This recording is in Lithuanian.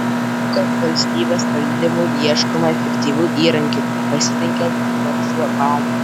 džiugu kad valstybės valdymui ieškoma efektyvių įrankių pasitelkiant verslo patirtį